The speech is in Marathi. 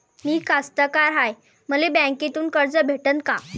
मी कास्तकार हाय, मले बँकेतून कर्ज भेटन का?